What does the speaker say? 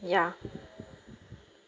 ya